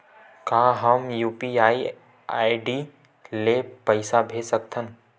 का हम UPI ID ले पईसा भेज सकथन?